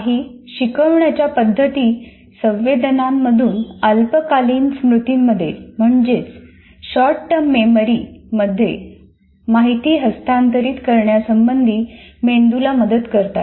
काही शिकवण्याच्या पद्धती संवेदनांमधून अल्पकालीन स्मृतींमध्ये माहिती हस्तांतरित करण्यासंबंधी मेंदूला मदत करतात